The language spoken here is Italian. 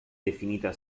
definita